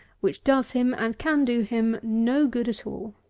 which does him and can do him no good at all.